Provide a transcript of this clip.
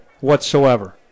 whatsoever